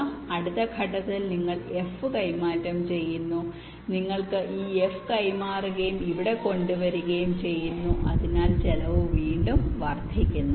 അതിനാൽ അടുത്ത ഘട്ടത്തിൽ നിങ്ങൾ ഈ f കൈമാറ്റം ചെയ്യുന്നു നിങ്ങൾക്കിത് ഈ f കൈമാറുകയും ഇവിടെ കൊണ്ടുവരികയും ചെയ്യുന്നു അതിനാൽ ചെലവ് വീണ്ടും വർദ്ധിക്കുന്നു